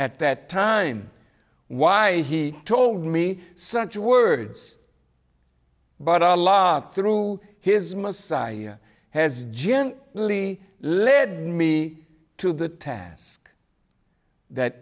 at that time why he told me such words but i lived through his messiah has jinn really led me to the task that